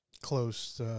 close